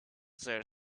their